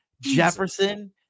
Jefferson